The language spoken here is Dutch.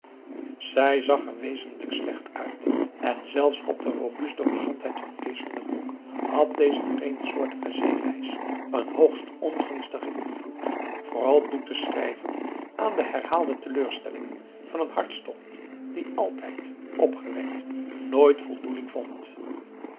zij zag er wezenlijk slecht uit en zelfs op de robuste gezondheid van kees van den broek had deze vreemdsoortige zeereis een hoogst ongunstigen invloed vooral toe te schrijven aan de herhaalde teleurstellingen van een hartstocht die altijd opgewekt nooit voldoening vond